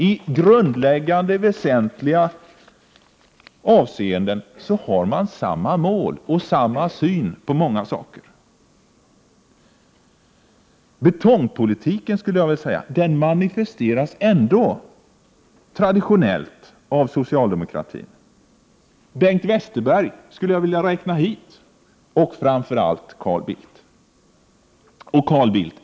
I grundläggande och väsentliga avseenden har man samma mål och samma syn på många saker. Betongpolitiken manifesteras ändå traditionellt av socialdemokraterna. Till betongpolitikens företrädare skulle jag också vilja räkna Bengt Westerberg, och framför allt Carl Bildt.